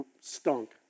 stunk